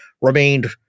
remained